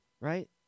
Right